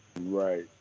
Right